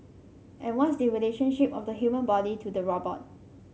and what's the relationship of the human body to the robot